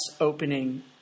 opening